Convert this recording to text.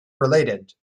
related